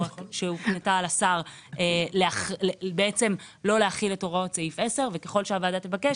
שהוקנתה לשר לא להחיל את הוראות סעיף 10 וככל שהוועדה תבקש,